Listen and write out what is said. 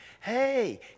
Hey